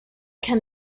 can